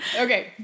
Okay